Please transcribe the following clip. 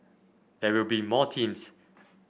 there will be more teams